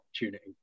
opportunity